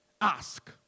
ask